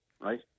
right